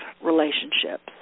relationships